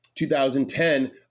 2010